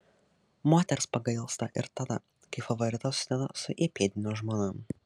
moters pagailsta ir tada kai favoritas susideda su įpėdinio žmona